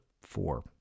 four